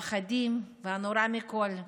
פחדים והנורא מכול.